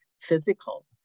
physical